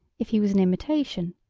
if he was an imitation,